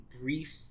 brief